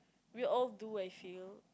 we all do I feel